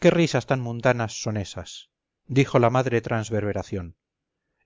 qué risas tan mundanas son esas dijo la madre transverberación